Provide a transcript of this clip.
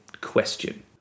question